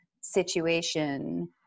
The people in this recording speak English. situation